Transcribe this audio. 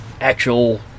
actual